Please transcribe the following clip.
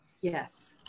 Yes